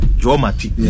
dramatic